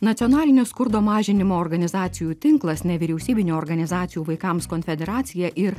nacionalinio skurdo mažinimo organizacijų tinklas nevyriausybinių organizacijų vaikams konfederacija ir